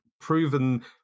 proven